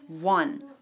One